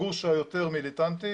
הגוש היותר מיליטנטי